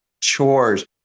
chores